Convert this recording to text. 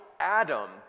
Adam